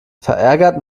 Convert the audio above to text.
verärgert